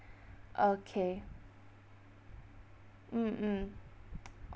okay mm mm